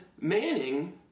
Manning